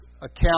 account